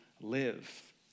live